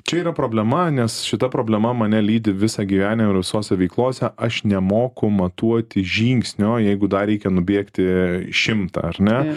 čia yra problema nes šita problema mane lydi visą gyvenimą visose veiklose aš nemoku matuoti žingsnio jeigu dar reikia nubėgti šimtą ar ne